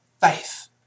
faith